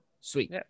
Sweet